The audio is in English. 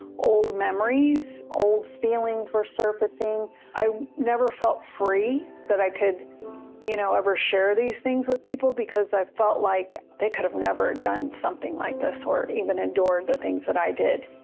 memories old feelings were surfacing i never felt free that i could you know ever share these things with people because i felt like they could have never done something like this or even indoor of the things that i did.